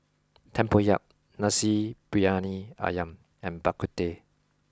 Tempoyak Nasi Briyani Ayam and Bak Kut Teh